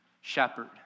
shepherd